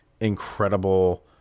incredible